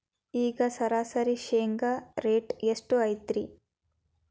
ಈಗ ಸರಾಸರಿ ಶೇಂಗಾ ರೇಟ್ ಎಷ್ಟು ಐತ್ರಿ?